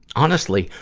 honestly,